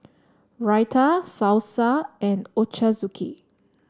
Raita Salsa and Ochazuke